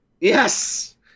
Yes